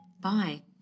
Bye